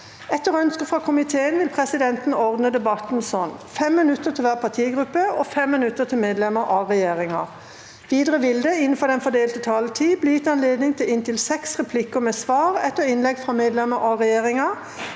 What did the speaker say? Etter ønske fra justiskomi- teen vil presidenten ordne debatten slik: 3 minutter til hver partigruppe og 3 minutter til medlemmer av regjeringa. Videre vil det – innenfor den fordelte taletid – bli gitt anledning til inntil fem replikker med svar etter innlegg fra medlemmer av regjeringa,